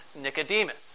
Nicodemus